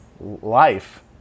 life